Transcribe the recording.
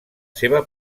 seva